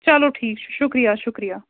چلو ٹھیٖک چھُ شُکریہ شُکریہ